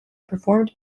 performed